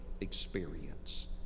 experience